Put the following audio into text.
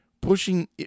Pushing